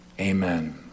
Amen